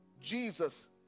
Jesus